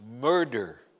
murder